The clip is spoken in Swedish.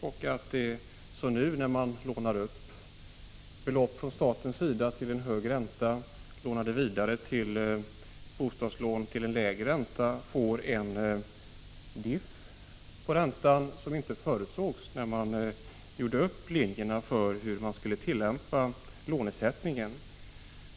När man, som nu, från statens sida lånar upp = mood pr og belopp till en hög ränta och lånar dem vidare till bostadslån till en lägre ränta får man en skillnad som man inte förutsåg när man gjorde upp linjerna för hur man skulle tillämpa lånesättningen.